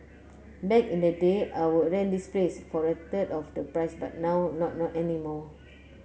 back in the day I would rent this place for a third of the price but now not anymore